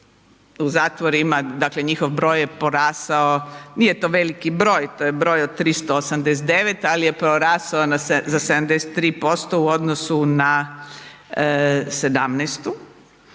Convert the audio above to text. u zatvorima, dakle njihov broj je porastao, nije to veliki broj, to je broj od 389 ali je porastao za 73% u odnosu na 2017.